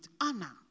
honor